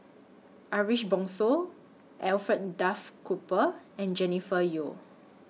Ariff Bongso Alfred Duff Cooper and Jennifer Yeo